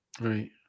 Right